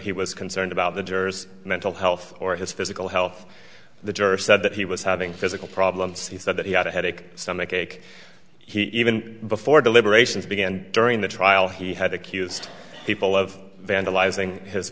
he was concerned about the jurors mental health or his physical health the juror said that he was having physical problems he said that he had a headache stomachache he even before deliberations began during the trial he had accused people of vandalizing his